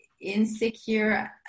insecure